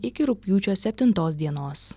iki rugpjūčio septintos dienos